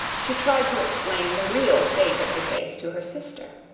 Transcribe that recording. she tried to explain the real state of the case to her sister.